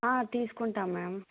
తీసుకుంటా మ్యామ్